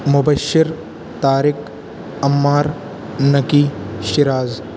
Mubashir Tariq Ammar Naqi Shiraz